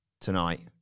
tonight